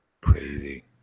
Crazy